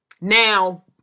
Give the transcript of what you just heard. Now